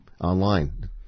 Online